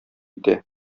итә